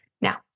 Now